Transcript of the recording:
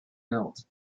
melt